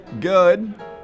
Good